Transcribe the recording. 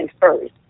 first